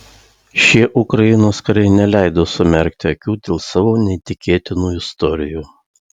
šie ukrainos kariai neleido sumerkti akių dėl savo neįtikėtinų istorijų